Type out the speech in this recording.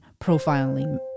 profiling